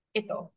ito